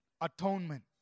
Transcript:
atonement